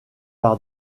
par